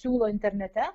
siūlo internete